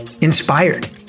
inspired